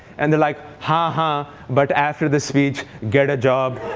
and they're like, ha, ha but after the speech, get a job.